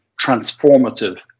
transformative